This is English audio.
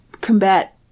combat